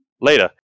later